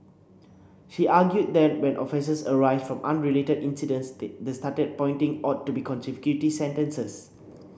she argued that when offences arise from unrelated incidents the the starting pointing ought to be consecutive sentences